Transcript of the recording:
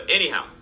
anyhow